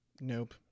Nope